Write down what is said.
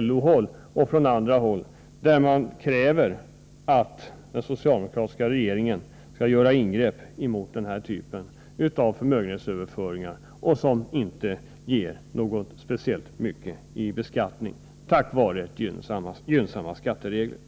LO-håll och andra håll och där man kräver att den socialdemokratiska regeringen skall göra ingrepp mot den här typen av förmögenhetsöverföringar, som ju på grund av de gynnsammare skattereglerna inte ger speciellt mycket skatteinkomster.